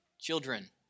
children